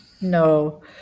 No